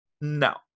No